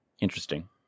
interesting